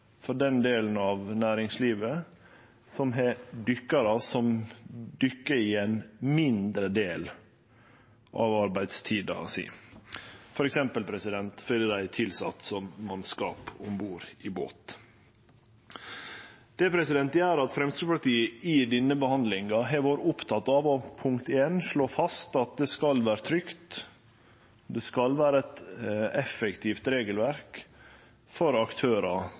for den delen av næringslivet som har dykkarar som dykkar i ein mindre del av arbeidstida si, f.eks. fordi dei er tilsette som mannskap om bord i båt. Det gjer at Framstegspartiet i denne behandlinga har vore oppteke av for det første å slå fast at det skal vere trygt, det skal vere eit effektivt regelverk for aktørar